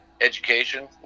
education